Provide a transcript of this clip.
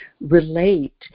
relate